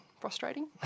frustrating